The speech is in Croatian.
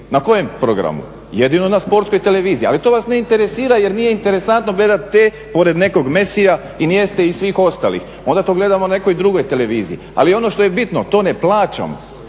na kojem programu? Jedino na Sportskoj televiziji ali to vas ne interesira jer nije interesantno gledati te pored nekog Messia i Inieste i svih ostalih. Onda to gledamo na nekoj drugoj televiziji. Ali ono što je bitno to ne plaćamo.